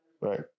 Right